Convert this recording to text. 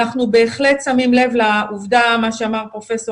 אנחנו בהחלט שמים לב לעובדה, כפי שאמר פרופ'